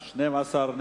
12,